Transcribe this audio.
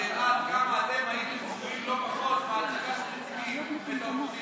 שהראה עד כמה אתם צבועים לא פחות בהצגה שאתם מציגים את האופוזיציה.